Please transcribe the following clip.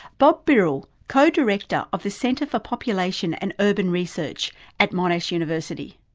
bob birrell, co-director of the centre for population and urban research at monash university.